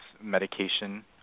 medication